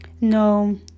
No